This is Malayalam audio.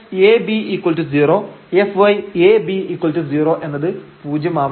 fx ab0 and fy a b0 എന്നത് പൂജ്യം ആവണം